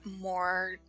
more